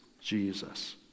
Jesus